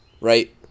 right